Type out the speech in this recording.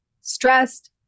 stressed